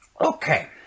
Okay